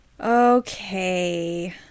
Okay